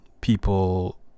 people